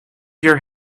your